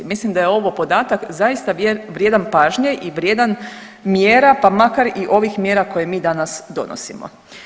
Mislim da je ovo podatak zaista vrijedan pažnje i vrijedan mjera pa makar i ovih mjera koje mi danas donosimo.